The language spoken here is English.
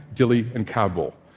dili and kabul.